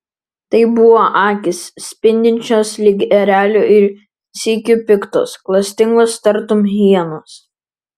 tai buvo akys spindinčios lyg erelio ir sykiu piktos klastingos tartum hienos